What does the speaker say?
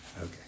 Okay